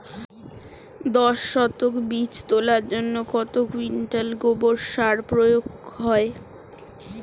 দশ শতক বীজ তলার জন্য কত কুইন্টাল গোবর সার প্রয়োগ হয়?